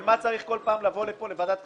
למה צריך כל פעם לבוא לפה לוועדת כספים,